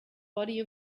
body